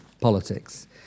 politics